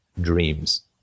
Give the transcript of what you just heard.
dreams